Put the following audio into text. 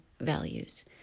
values